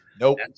Nope